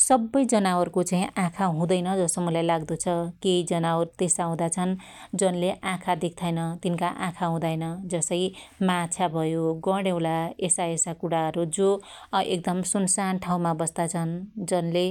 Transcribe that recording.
सब्बै जनावरको चाही आखा हुदैन जसो मुलाई लाग्दो छ । केही जनावर त्यसा हुदा छन् जनले आखा देख्दाइन तीनका आखा हुदाईन जसै माछा भयो ,गड्याउला यसायसा कुणाहरु जो अ एकदम सुनसान ठाउमा बस्ताछन् । जनले